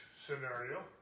scenario